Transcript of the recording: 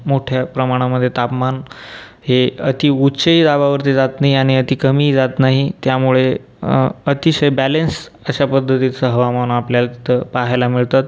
मोठ्या प्रमाणामधे तापमान हे अति उच्चही दाबावरती जात नाही आणि अति कमीही जात नाही त्यामुळे अतिशय बॅलेन्स अशा पद्धतीचं हवामान आपल्याला तिथं पाहायला मिळतात